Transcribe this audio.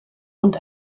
und